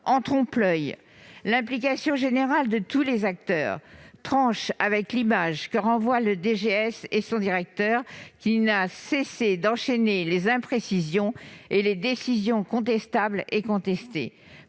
en trompe-l'oeil. L'implication générale de tous les acteurs tranche avec l'image que renvoient la DGS et son directeur, qui n'a cessé d'enchaîner les imprécisions et les décisions contestables et contestées.